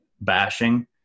bashing